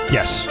Yes